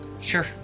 Sure